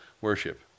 worship